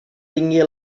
tingui